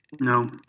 No